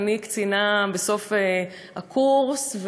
אני קצינה בסוף הקורס,